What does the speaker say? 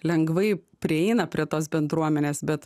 lengvai prieina prie tos bendruomenės bet